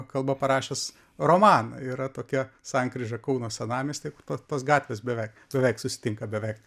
kalba parašęs romaną yra tokia sankryža kauno senamiesty tos gatvės beveik beveik susitinka beveik